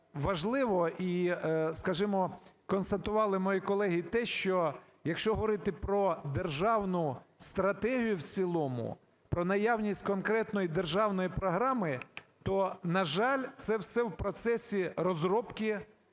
важливо, і, скажімо, констатували мої колеги те, що якщо говорити про державну стратегію в цілому, про наявність конкретної державної програми, то, на жаль, це все в процесі розробки,